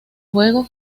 juego